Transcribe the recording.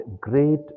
great